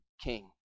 King